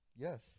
Yes